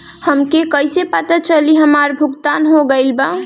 हमके कईसे पता चली हमार भुगतान हो गईल बा?